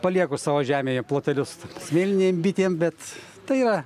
palieku savo žemėje plotelius smėlinėm bitėm bet tai yra